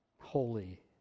holy